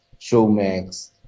Showmax